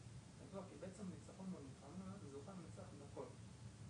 נגיד עולים שהיו צריכים לבוא במחצית השנייה של 2020,